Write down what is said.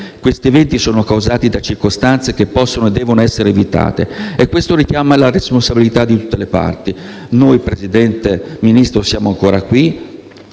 Questi eventi sono causati da circostanze che possono e devono essere evitate. Questo richiama la responsabilità di tutte le parti». Signor Presidente, signor Ministro, noi siamo ancora qui,